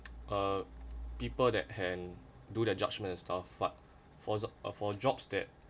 uh people that can do their judgement and stuff but for the uh for jobs that